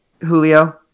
Julio